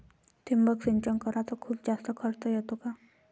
ठिबक सिंचन कराच खूप जास्त खर्च येतो का?